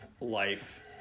life